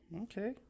okay